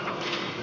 asia